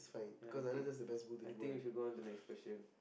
ya I think I think we should go onto next question